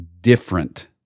different